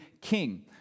king